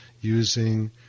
using